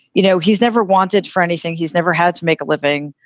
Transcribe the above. you know, he's never wanted for anything. he's never had to make a living.